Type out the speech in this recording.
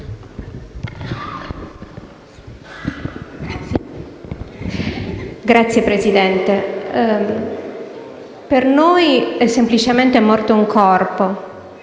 Signora Presidente, per noi è semplicemente morto un corpo,